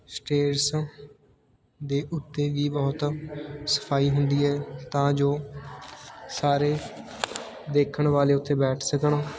stairs ਦੇ ਉੱਤੇ ਵੀ ਬਹੁਤ ਸਫਾਈ ਹੁੰਦੀ ਹੈ ਤਾਂ ਜੋ ਸਾਰੇ ਦੇਖਣ ਵਾਲੇ ਉੱਥੇ ਬੈਠ ਸਕਣ